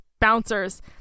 bouncers